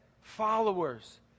followers